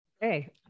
Hey